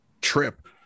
trip